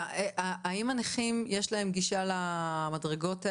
האם הנכים יש להם גישה למדרגות האלה,